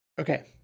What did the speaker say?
Okay